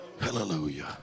Hallelujah